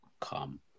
come